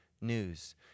news